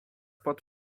pod